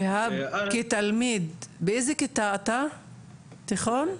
שיהאב, כתלמיד, באיזה כיתה אתה, תיכון,